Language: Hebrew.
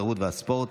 התרבות והספורט,